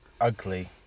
ugly